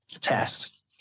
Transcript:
test